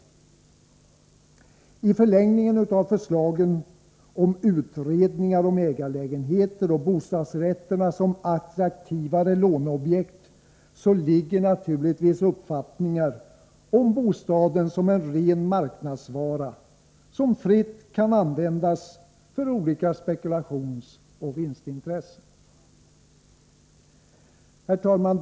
I förlängningen av förslagen om utredningar beträffande ägarlägenheter och bostadsrätterna som attraktivare låneobjekt ligger naturligtvis uppfattningar om bostaden som en ren marknadsvara som fritt kan användas för olika spekulationsoch vinstintressen. Herr talman!